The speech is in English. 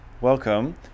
welcome